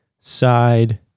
side